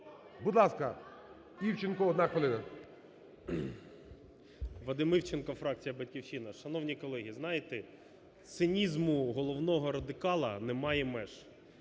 Будь ласка, Івченко, одна хвилина. 11:35:47 ІВЧЕНКО В.Є. Вадим Івченко, фракція "Батьківщина". Шановні колеги, знаєте, цинізму головного радикала немає меж.